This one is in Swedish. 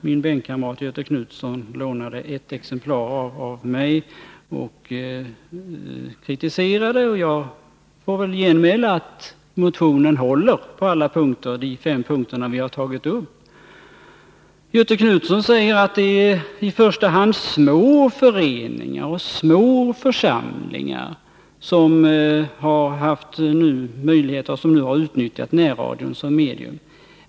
Min bänkkamrat Göthe Knutson lånade av mig ett exemplar av motionen och riktade kritik mot den. Jag får väl genmäla att motionen håller på alla de fem punkter som vi har tagit upp. Göthe Knutson säger att det i första hand är små föreningar och små församlingar som hittills har utnyttjat närradion som medium.